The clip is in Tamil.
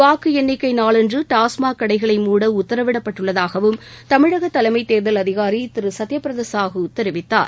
வாக்கு எண்ணிக்கை நாளன்று டாஸ்மாக் கடைகளை மூட உத்தரவிடப்பட்டுள்ளதாகவும் தமிழக தலைமைத் தேர்தல் அதிகாரி திரு சத்யபிரதா சாஹூ தெரிவித்தார்